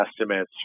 estimates